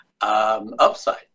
upside